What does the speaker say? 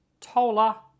Tola